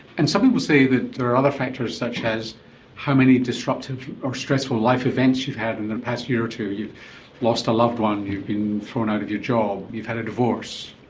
and some people say that there are other factors such as how many disruptive or stressful life events you've had in the past year or two, you've lost a loved one, you've been thrown out of your job, you've had a divorce.